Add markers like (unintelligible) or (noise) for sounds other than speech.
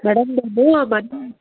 madam ನಿಮ್ಮದು (unintelligible)